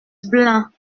blein